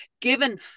given